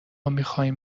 میخواهیم